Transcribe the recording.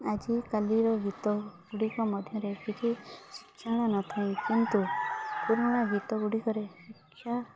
ଆଜିକାଲିର ଗୀତ ଗୁଡ଼ିକ ମଧ୍ୟରେ କିଛି ଶିକ୍ଷଣ ନଥାଏ କିନ୍ତୁ ପୁରୁଣା ଗୀତ ଗୁଡ଼ିକରେ ଶିକ୍ଷା